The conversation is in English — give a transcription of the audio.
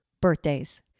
birthdays